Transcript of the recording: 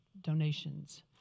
donations